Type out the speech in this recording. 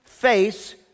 face